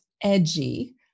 edgy